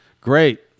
great